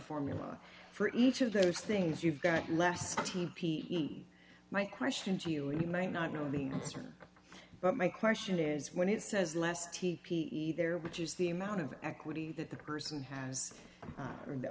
formula for each of those things you've got less t p eat my question to you and you might not know the answer but my question is when it says less t p either which is the amount of equity that the person has or the